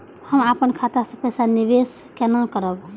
हम अपन खाता से पैसा निवेश केना करब?